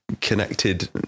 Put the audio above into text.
connected